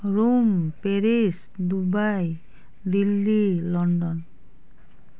Rome Paris Dubai Delhi London